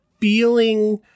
feeling –